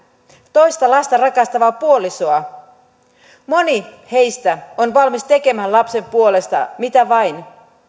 toista lasta rakastavaa puolisoa moni heistä on valmis tekemään lapsen puolesta mitä vain